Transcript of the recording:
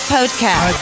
Podcast